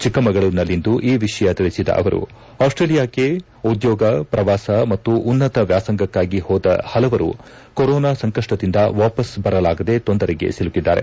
ಚಿಕ್ಕಮಗಳೂರಿನಲ್ಲಿಂದು ಈ ವಿಷಯ ತಿಳಿಸಿದ ಅವರು ಆಸ್ಸೇಲಿಯಾಕ್ಷೆ ಉದ್ಯೋಗ ಪ್ರವಾಸ ಮತ್ತು ಉನ್ನತ ವ್ಯಾಸಂಗಕ್ಕಾಗಿ ಹೊದ ಹಲವರು ಕೊರೋನಾ ಸಂಕಪ್ಟದಿಂದ ವಾಪಸ್ ಬರಲಾಗದೆ ತೊಂದರೆಗೆ ಸಿಲುಕಿದ್ದಾರೆ